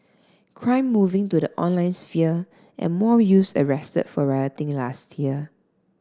crime moving to the online sphere and more youths arrested for rioting last year